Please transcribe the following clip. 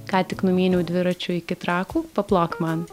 ką tik numyniau dviračiu iki trakų paplok man